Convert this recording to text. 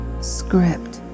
script